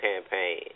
campaign